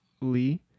Lee